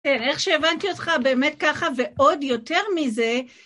כן, איך שהבנתי אותך, באמת ככה ועוד יותר מזה.